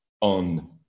on